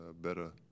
better